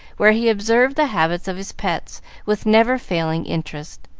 where he observed the habits of his pets with never-failing interest,